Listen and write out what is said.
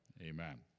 amen